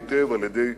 ומתוזמן היטב, על-ידי